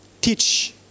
teach